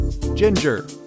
Ginger